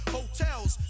Hotels